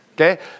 okay